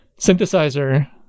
synthesizer